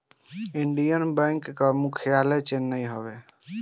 Indian bank कअ मुख्यालय चेन्नई में हवे